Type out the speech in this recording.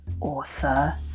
author